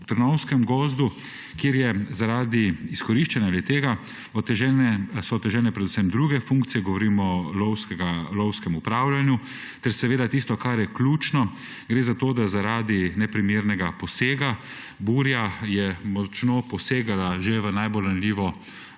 o Trnovskem gozdu, kjer so zaradi izkoriščanja le-tega otežene predvsem druge funkcije. Govorim o lovskem upravljanju ter seveda tisto, kar je ključno – gre za to, da je zaradi neprimernega poseka burja že močno posegala v najbolj ranljivo